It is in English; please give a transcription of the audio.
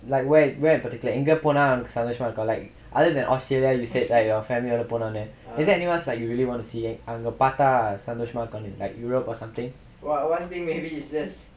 like where where in particular எங்க போனா அங்க சந்தோசமா இருக்கும்:enga ponaa anga santhosamaa irukkum other than australia you said that your family ஓட போனோனு:oda pononu is there anywhere like you really want to see அங்க பாத்தா சந்தோசமா இருக்கும்:anga paathaa santhosamaa irukkum like europe or something